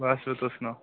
बस तुस सनाओ